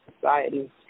Society